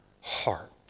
heart